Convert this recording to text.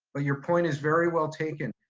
but your point is very well taken.